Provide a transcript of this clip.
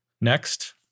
Next